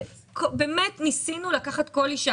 ובאמת ניסינו לקחת כל אישה.